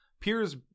Piers